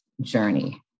journey